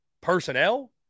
personnel